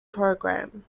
program